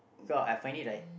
cause I find it like